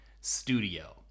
studio